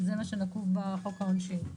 זה מה שנקוב בחוק העונשין.